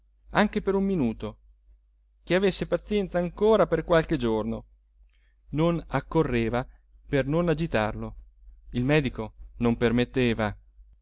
anche per un minuto che avesse pazienza ancora per qualche giorno non accorreva per non agitarlo il medico non permetteva